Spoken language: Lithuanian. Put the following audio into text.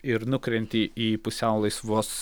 ir nukrenti į pusiau laisvos